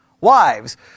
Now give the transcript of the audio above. wives